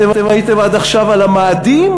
אתם הייתם עד עכשיו על המאדים?